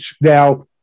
Now